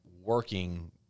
working